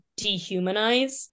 dehumanize